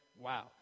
wow